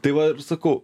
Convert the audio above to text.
tai va ir sakau